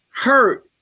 hurt